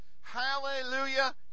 hallelujah